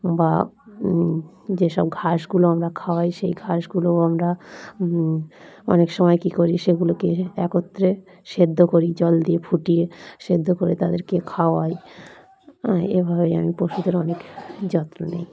বা যেসব ঘাসগুলো আমরা খাওয়াই সেই ঘাসগুলোও আমরা অনেক সময় কী করি সেগুলোকে একত্রে সেদ্ধ করি জল দিয়ে ফুটিয়ে সেদ্ধ করে তাদেরকে খাওয়াই এভাবেই আমি পশুদের অনেক যত্ন নিই